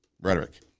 rhetoric